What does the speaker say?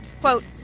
quote